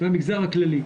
והמגזר הכללי.